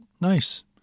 Nice